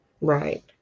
Right